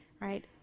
Right